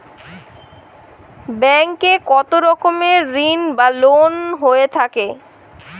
Bank এ কত রকমের ঋণ বা লোন হয়ে থাকে?